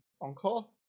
Encore